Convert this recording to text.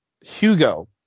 Hugo